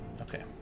Okay